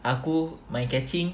aku main catching